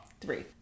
Three